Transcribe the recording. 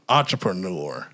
Entrepreneur